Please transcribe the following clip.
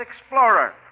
explorer